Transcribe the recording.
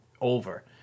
over